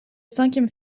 cinquième